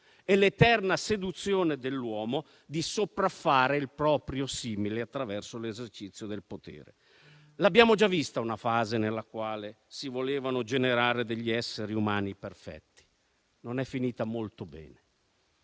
e l'eterna seduzione dell'uomo di sopraffare il proprio simile attraverso l'esercizio del potere. Abbiamo già visto una fase nella quale si volevano generare degli esseri umani perfetti e non è finita molto bene.